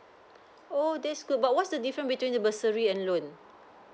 oh that's good but what's the different between the bursary and loan